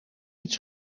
iets